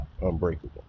unbreakable